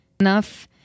enough